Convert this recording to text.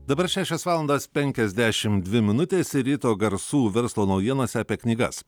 dabar šešios valandas penkiasdešim dvi minutės ryto garsų verslo naujienas apie knygas